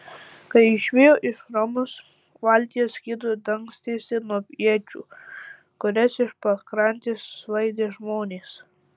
kai išvijo iš romos valtyje skydu dangstėsi nuo iečių kurias iš pakrantės svaidė žmonės